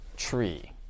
tree